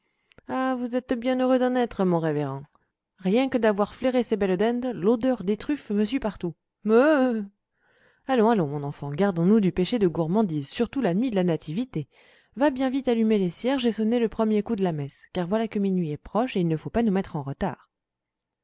ah vous êtes bien heureux d'en être mon révérend rien que d'avoir flairé ces belles dindes l'odeur des truffes me suit partout meuh allons allons mon enfant gardons-nous du péché de gourmandise surtout la nuit de la nativité va bien vite allumer les cierges et sonner le premier coup de la messe car voilà que minuit est proche et il ne faut pas nous mettre en retard